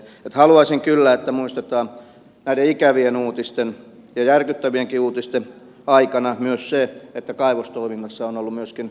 että haluaisin kyllä että muistetaan näiden ikävien ja järkyttävienkin uutisten aikana myös se että kaivostoiminnasta on ollut myöskin onnistuneita esimerkkejä